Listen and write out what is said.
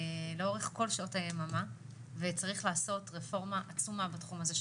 לאורך כל שעות היממה וצריך לעשות רפורמה עצומה בתחום הזה,